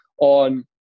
on